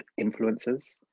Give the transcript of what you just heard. influencers